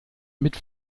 mit